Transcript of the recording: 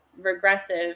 regressive